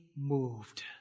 Moved